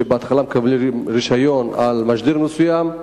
שבהתחלה מקבלים רשיון על משדר מסוים,